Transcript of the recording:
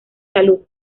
salud